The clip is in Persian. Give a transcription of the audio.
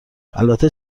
البته